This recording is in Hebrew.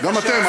גם אתם.